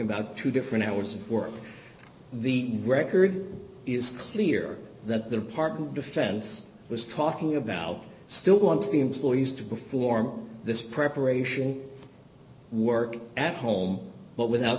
about two different hours of work the record is clear that the parking defense was talking about still wants the employees to perform this preparation work at home but without